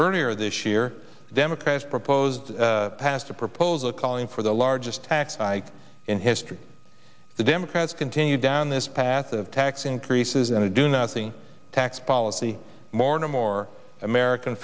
earlier this year democrats proposed passed a proposal calling for the largest tax hike in history the democrats continue down this path of tax increases and a do nothing tax policy more and more american